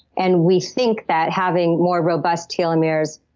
and we think that having more robust telomeres,